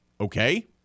Okay